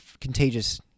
contagious